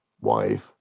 wife